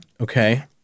Okay